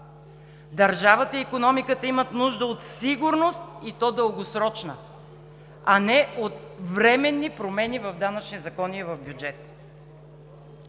Държавата и икономиката имат нужда от сигурност, и то дългосрочна, а не от временни промени в данъчни закони и в бюджета.